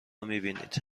میبینید